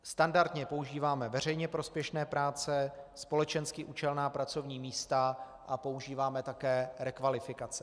Standardně používáme veřejně prospěšné práce, společensky účelná pracovní místa a používáme také rekvalifikace.